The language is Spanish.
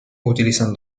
utilizan